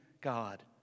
God